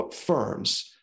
firms